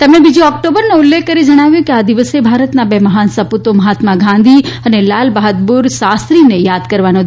તેમણે બીજી ઓક્ટોબરનો ઉલ્લેખ કરી જણાવ્યું કે આ દિવસે ભારતના બે મહાન સપૂતો મહાત્મા ગાંધી અને લાલબહાદુર શાસ્ત્રીને યાદ કરવાનો દિવસ છે